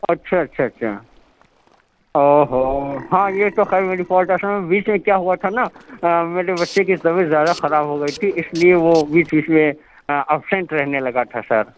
اچھا اچھا اچھا اوہو ہاں یہ تو خیر رپورٹ اصل میں بیچ میں کیا ہوا تھا نا میرے بچے کی طبیعت زیادہ خراب ہوگئی تھی اس لیے وہ بیچ بیچ میں ایبسینٹ رہنے لگا تھا سر